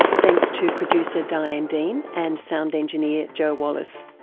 thanks to producer diane dean and sound engineer joe wallace.